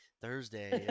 Thursday